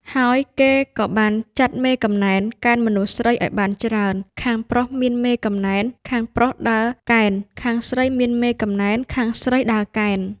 ហើយគេក៏បានចាត់មេកំណែន កេណ្ឌមនុស្សស្រីឲ្យបានច្រើន ខាងប្រុសមានមេកំណែន ខាងប្រុសដើរកេណ្ឌ ខាងស្រីមានមេកំណែន ខាងស្រីដើរកេណ្ឌ។